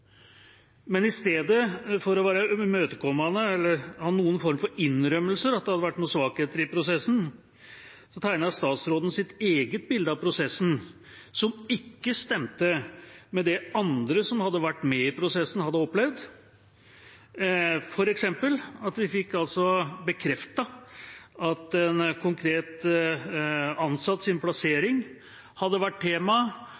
Men i stedet for å være imøtekommende eller ha noen form for innrømmelser om at det hadde vært noen svakheter i prosessen, tegnet statsråden sitt eget bilde av prosessen, som ikke stemte med det andre som hadde vært med i prosessen, hadde opplevd, f.eks. at vi fikk bekreftet at en konkret ansatts plassering hadde vært tema